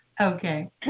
Okay